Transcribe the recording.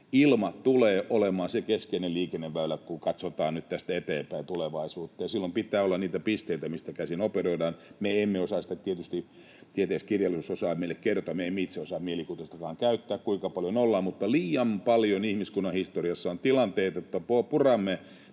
ilma tulee olemaan se keskeinen liikenneväylä, kun katsotaan nyt tästä eteenpäin tulevaisuuteen. Silloin pitää olla niitä pisteitä, mistä käsin operoidaan. Tieteiskirjallisuus osaa meille kertoa, mutta me emme itse osaa tietysti mielikuvitustakaan käyttää siinä, kuinka paljon ollaan purettu — mutta liian paljon ihmiskunnan historiassa on niitä tilanteita